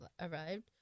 arrived